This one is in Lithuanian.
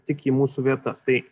tik į mūsų vietas tai